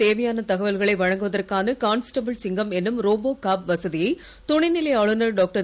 தேவையான தகவல்கனை வழங்குவதற்கான கான்ஸ்டபிள் சிங்கம் என்னும் ரோபோ காப் வசதியை துணைநிலை ஆளுனர் டாக்டர்